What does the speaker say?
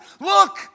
look